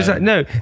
no